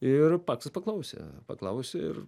ir paksas paklausė paklausė ir